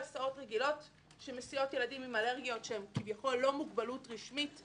רגילות שמסיעות ילדים עם אלרגיות שהן כביכול לא מוגבלות רשמית,